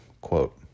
quote